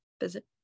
visit